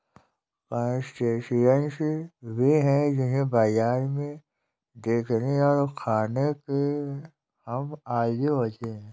crustaceans वे हैं जिन्हें बाजारों में देखने और खाने के हम आदी होते हैं